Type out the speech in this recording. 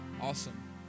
Awesome